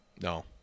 No